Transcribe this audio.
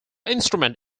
instrument